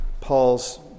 Paul's